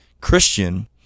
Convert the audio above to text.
Christian